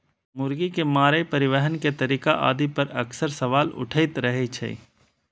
मुर्गी के मारै, परिवहन के तरीका आदि पर अक्सर सवाल उठैत रहै छै